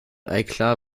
eiklar